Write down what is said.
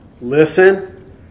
listen